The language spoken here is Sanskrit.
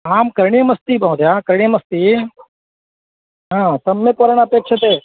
आं करणीमस्ति महोदय करणीमस्ति हा सम्यक् वरान् अपेक्षते